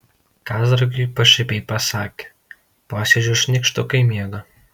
kazragiui pašaipiai pasakė posėdžiuos nykštukai miega